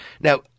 Now